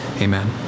Amen